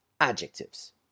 adjectives